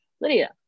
Lydia